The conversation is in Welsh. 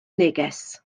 neges